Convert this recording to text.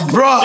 Bro